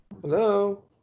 hello